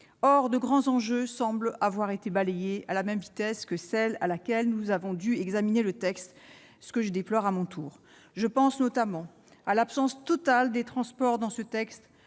Or de grands enjeux semblent avoir été balayés à la même vitesse que celle à laquelle nous avons dû examiner le texte, ce que je déplore à mon tour. Je pense notamment à l'absence totale des transports dans ce texte,